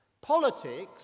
politics